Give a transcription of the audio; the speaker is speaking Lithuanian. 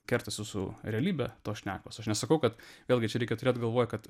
kertasi su realybe tos šnekos aš nesakau kad vėlgi čia reikia turėt galvoj kad